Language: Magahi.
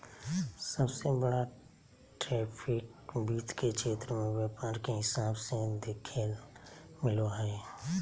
सबसे बड़ा ट्रैफिक वित्त के क्षेत्र मे व्यापार के हिसाब से देखेल मिलो हय